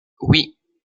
oui